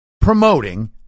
promoting